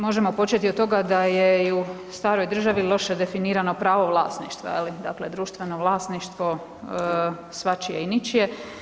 Možemo početi od toga da je i u staroj državi loše definirano pravo vlasništva, je li, dakle društveno vlasništvo svačije i ničije.